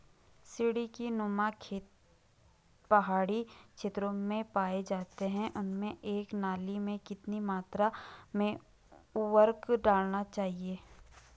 सीड़ी नुमा खेत पहाड़ी क्षेत्रों में पाए जाते हैं उनमें एक नाली में कितनी मात्रा में उर्वरक डालना चाहिए?